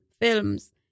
films